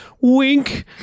wink